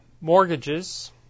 mortgages